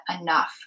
enough